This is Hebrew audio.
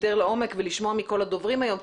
יותר לעומק ולשמוע מכל הדוברים היום,